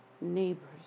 neighbors